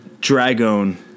dragon